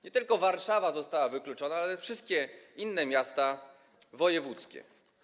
Nie tylko Warszawa została wykluczona, ale wszystkie inne miasta wojewódzkie.